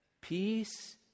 peace